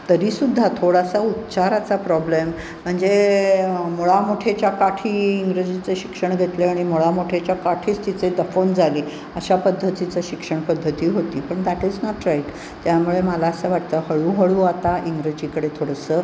तरीसुद्धा थोडासा उच्चाराचा प्रॉब्लेम म्हणजे मुळामुठेच्या काठी इंग्रजीचं शिक्षण घेतलं आणि मुळामुठेच्या काठीच तिचे दफन झाले अशा पद्धतीचं शिक्षण पद्धती होती पण दॅट इज नॉट्राईट त्यामुळे मला असं वाटतं हळूहळू आता इंग्रजीकडे थोडंसं